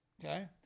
Okay